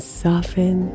soften